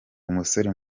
umusore